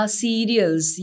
cereals